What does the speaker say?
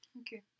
Okay